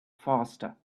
faster